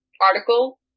article